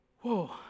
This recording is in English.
Whoa